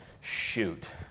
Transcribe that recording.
shoot